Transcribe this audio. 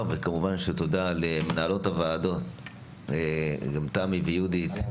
וכמובן תודה למנהלות הוועדות תמי ויהודית,